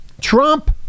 Trump